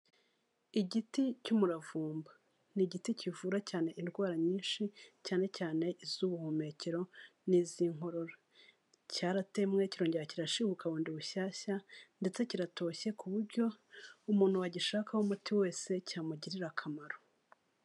Igiti cy'umuravumba ni igiti kivura cyane indwara nyinshi cyane cyane iz'ubuhumekero n'iz'inkorora, cyaratemwe kirongera kirashibuka bundi bushyashya ndetse kiratoshye ku buryo umuntu wagishakaho umuti wese cyamugirira akamaro.